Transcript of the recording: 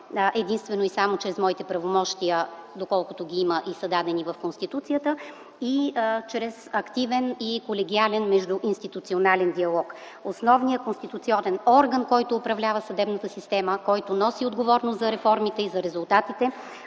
единствено и само чрез моите правомощия, доколкото ги има и са дадени в Конституцията, и чрез активен и колегиален междуинституционален диалог. Основният конституционен орган, който управлява съдебната система, който носи отговорност за реформите и за резултатите